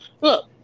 Look